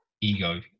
ego